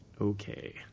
Okay